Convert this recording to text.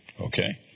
Okay